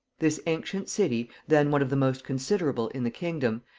this ancient city, then one of the most considerable in the kingdom,